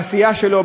בעשייה שלו,